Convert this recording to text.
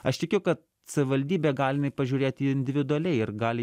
aš tikiu kad savivaldybė gal jinai pažiūrėti individualiai ir gali